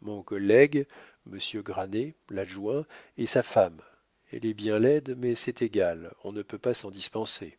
mon collègue monsieur granet l'adjoint et sa femme elle est bien laide mais c'est égal on ne peut pas s'en dispenser